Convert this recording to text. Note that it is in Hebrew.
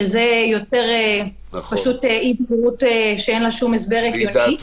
שזה פשוט אי בהירות שאין לה שום הסבר הגיוני.